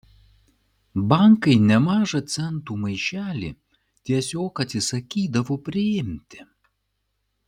bankai nemažą centų maišelį tiesiog atsisakydavo priimti